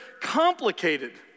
complicated